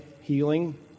healing